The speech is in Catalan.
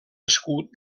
escut